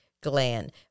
gland